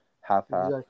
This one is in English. Half-half